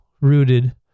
rooted